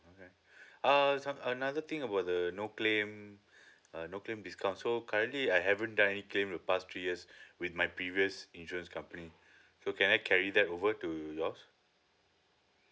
okay uh some another thing about the no claim uh no claim discount so currently I haven't done any claim for the past three years with my previous insurance company so can I carry that over to y'alls